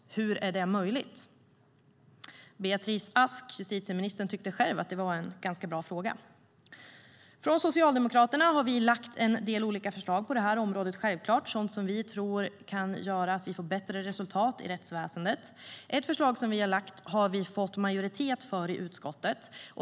Hur är det möjligt? Justitieminister Beatrice Ask tyckte själv att det var en ganska bra fråga. Socialdemokraterna har lagt fram en del olika förslag på det här området, självklart sådant som vi tror kan ge bättre resultat i rättsväsendet. Ett förslag som vi har lagt fram har vi fått majoritet för i utskottet.